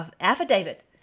affidavit